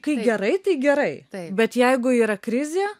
kai gerai tai gerai bet jeigu yra krizė